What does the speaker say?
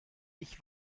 ich